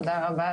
תודה רבה,